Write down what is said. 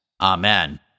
Amen